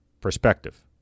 perspective